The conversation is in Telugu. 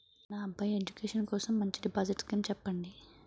నా అబ్బాయి ఎడ్యుకేషన్ కోసం మంచి డిపాజిట్ స్కీం చెప్పండి